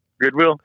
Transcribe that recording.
Goodwill